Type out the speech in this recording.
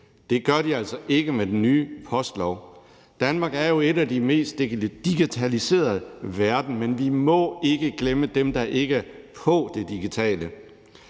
Det gør de altså ikke med den nye postlov. Danmark er jo et af de mest digitaliserede lande i verden, men vi må ikke glemme dem, der ikke er med på det digitale.